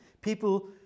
people